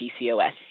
PCOS